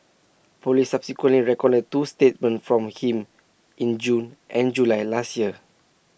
Police subsequently recorded two statements from him in June and July last year